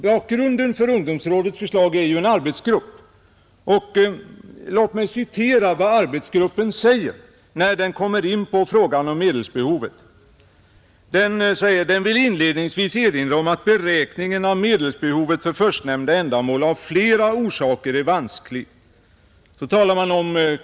Bakom ungdomsrådets förslag står ju en arbetsgrupp, och låt mig citera vad denna arbetsgrupp säger när den kommer in på frågan om medelsbehovet: ”Arbetsgruppen vill inledningsvis erinra om att beräkningen av medelsbehovet för förstnämnda ändamål av flera orsaker är vansklig. 1.